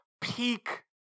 peak